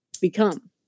become